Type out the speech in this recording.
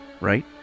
right